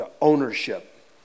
ownership